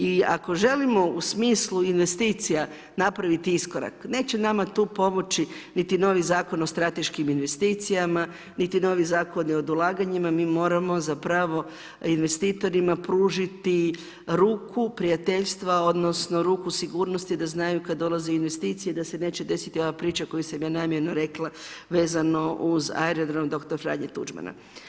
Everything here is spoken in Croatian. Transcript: I ako želimo u smislu investicija napraviti iskorak, neće nama tu pomoći niti novi Zakon o strateškim investicijama, niti novi Zakon o ulaganjima, mi moramo investitorima pružiti ruku prijateljstva odnosno ruku sigurnosti da znaju kada dolaze investicije da se neće desiti ova priča koju sam ja namjerno rekla vezano uz aerodrom dr. Franje Tuđmana.